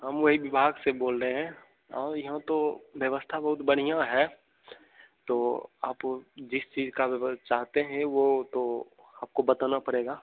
हम वही विभाग से बोल रहे हैं और यहाँ तो व्यवस्था बहुत बढ़िया है तो आप जिस चीज का व्यव चाहते हैं वो तो आपको बताना पड़ेगा